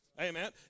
Amen